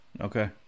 Okay